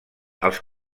els